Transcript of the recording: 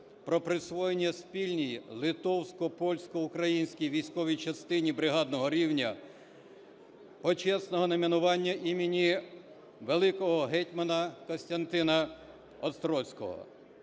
про присвоєння спільній литовсько-польсько-українській військовій частині бригадного рівня почесного найменування імені великого гетьмана Костянтина Острозького.